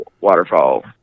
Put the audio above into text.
waterfall